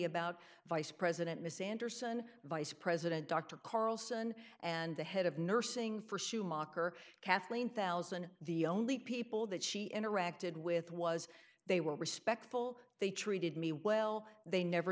about vice president miss anderson vice president dr carlson and the head of nursing for schumacher kathleen one thousand the only people that she interacted with was they were respectful they treated me well they never